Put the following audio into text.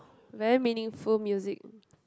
very meaningful music